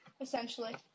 essentially